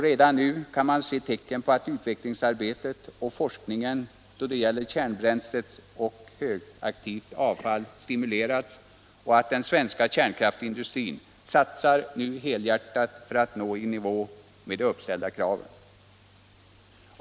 Redan nu kan man se tecken på att utvecklingsarbetet och forskningen då det gäller kärnbränslet och högaktivt avfall stimulerats och den svenska kärnkraftsindustrin satsar nu helhjärtat för att komma i nivå med de uppställda kraven.